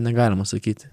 negalima sakyti